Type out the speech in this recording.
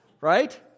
Right